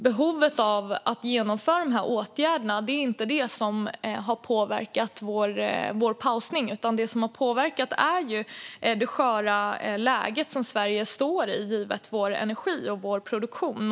Behovet av att vidta dessa åtgärder har inte påverkat vår pausning, utan det som har påverkat är det sköra läge som Sverige befinner sig i givet landets energi och produktion.